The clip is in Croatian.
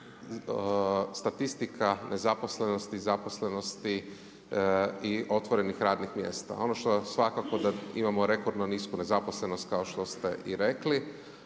statistika nezaposlenosti, zaposlenosti i otvorenih radnih mjesta. Ono što svakako da imamo rekordno nisku nezaposlenost kao što ste i rekli,